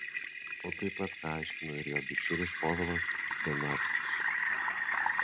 o taip pat ką aiškino ir jo bičiulis povilas zdanavičius